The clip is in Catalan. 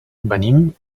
venim